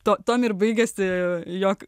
tuom ir baigėsi jog